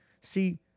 See